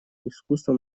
искусство